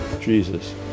Jesus